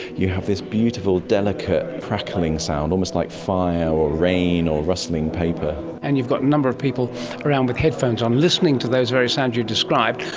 you have this beautiful delicate crackling sound, almost like fire or rain or rustling paper. and you've got a number of people around with headphones on listening to those very sounds you describe.